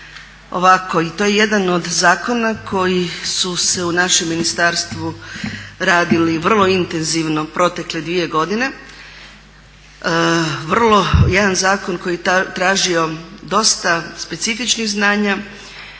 ovako, i to je jedan od zakona koji su se u našem ministarstvu radili vrlo intenzivno protekle 2 godine, vrlo, jedan zakon koji je tražio dosta specifičnih znanja,